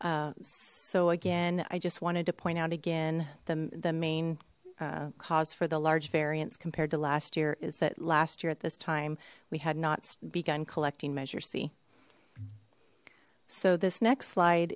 so again i just wanted to point out again the main cause for the large variance compared to last year is that last year at this time we had not begun collecting measure c so this next slide